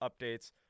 updates